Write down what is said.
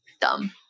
dumb